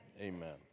Amen